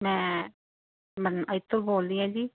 ਮੈਂ ਮਨ ਇੱਥੋਂ ਬੋਲਦੀ ਹਾਂ ਜੀ